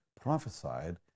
prophesied